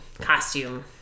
costume